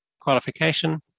qualification